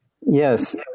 Yes